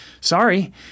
Sorry